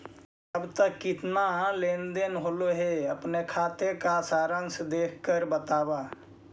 अब तक कितना लेन देन होलो हे अपने खाते का सारांश देख कर बतावा